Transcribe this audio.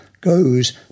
goes